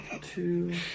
two